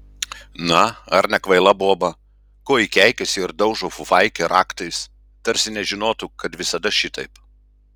na ar nekvaila boba ko ji keikiasi ir daužo fufaikę raktais tarsi nežinotų kad visada šitaip